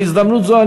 בהזדמנות זו,